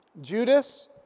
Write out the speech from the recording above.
Judas